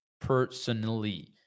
personally